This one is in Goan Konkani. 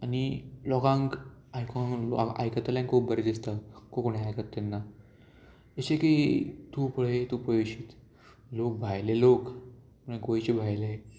आनी लोकांक आयकोंक आयकतल्यांक खूब बरें दिसता कोंकणी आयकता तेन्ना जशें की तूं पळय तूं पळय अशींत लोक भायले लोक गोंयचे भायले